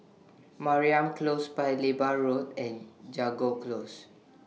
Mariam Close Paya Lebar Road and Jago Close